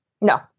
no